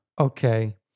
Okay